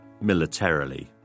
militarily